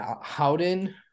howden